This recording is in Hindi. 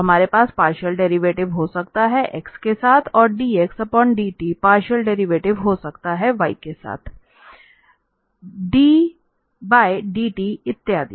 तो हमारे पास पार्शियल डेरिवेटिव हो सकता हैं x के साथ और dx dt पार्शियल डेरिवेटिव हो सकता है y के साथ d बाय dt इत्यादि